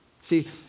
See